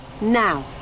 Now